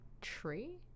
tree